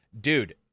Dude